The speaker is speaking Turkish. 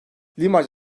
limaj